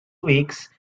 weeks